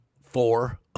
Four